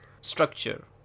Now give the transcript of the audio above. structure